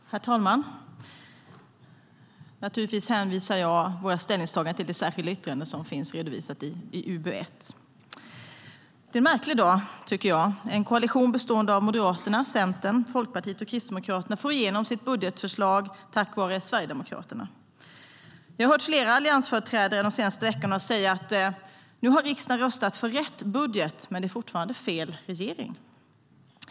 Herr talman! Naturligtvis hänvisar jag våra ställningstaganden till det särskilda yttrande som finns redovisat i UbU1. Det är en märklig dag, tycker jag. En koalition bestående av Moderaterna, Centern, Folkpartiet och Kristdemokraterna får igenom sitt budgetförslag tack vare Sverigedemokraterna. Vi har de senaste veckorna hört flera alliansföreträdare säga att riksdagen nu har röstat för rätt budget men att det fortfarande är fel regering.